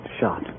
shot